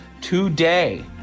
today